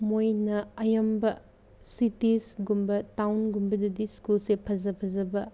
ꯃꯣꯏꯅ ꯑꯌꯥꯝꯕ ꯁꯤꯇꯤꯁꯀꯨꯝꯕ ꯇꯥꯎꯟꯒꯨꯝꯕꯗꯗꯤ ꯁ꯭ꯀꯨꯜꯁꯦ ꯐꯖ ꯐꯖꯕ